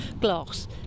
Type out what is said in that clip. glass